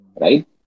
right